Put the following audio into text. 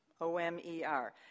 O-M-E-R